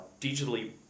digitally